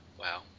Wow